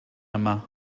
yna